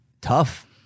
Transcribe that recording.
tough